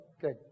Good